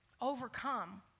overcome